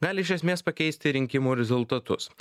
gali iš esmės pakeisti rinkimų rezultatus